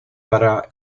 para